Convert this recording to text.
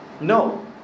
No